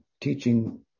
teaching